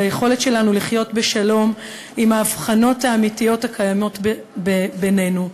על היכולת שלנו לחיות בשלום עם ההבחנות האמיתיות הקיימות בינינו,